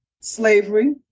slavery